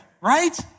right